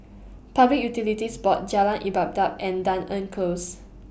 Public Utilities Board Jalan Ibadat and Dunearn Close